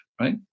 right